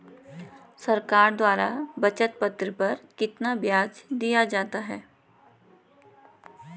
सरकार द्वारा बचत पत्र पर कितना ब्याज दिया जाता है?